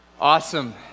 Awesome